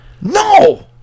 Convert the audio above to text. No